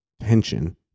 tension